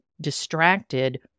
distracted